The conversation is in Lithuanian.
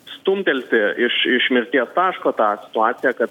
stumtelti iš iš mirties taško tą situaciją kad